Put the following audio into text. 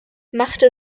machte